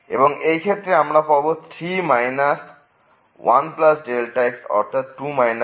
এবং এই ক্ষেত্রে আমরা পাব 3 1x অর্থাৎ 2 x